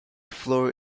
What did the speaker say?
floor